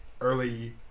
early